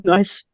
Nice